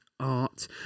art